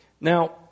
Now